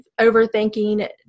overthinking